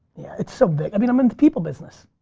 it's so big. i mean i'm in the people business.